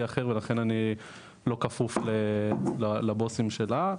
אחר ולכן אני לא כפוף לבוסים שלה,